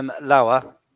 Lower